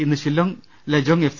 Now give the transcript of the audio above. ഇന്ന് ഷില്ലോങ്ങ്ലജോങ്ങ് എഫ്